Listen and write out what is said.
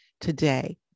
today